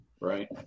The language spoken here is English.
right